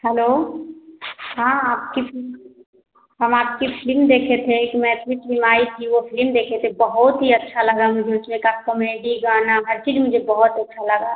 hello हाँ आप किस हम आपकी फिलिम देखे थे एक मैथिली फिलिम आई थी वह फिलिम देखे थे बहुत ही अच्छा लगा मुझे उसमें का कॉमेडी गाना हर चीज़ मुझे बहुत अच्छा लगा